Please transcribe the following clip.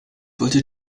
wollte